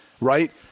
right